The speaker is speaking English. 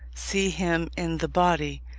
see him in the body.